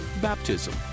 baptism